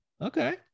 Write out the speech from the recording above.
okay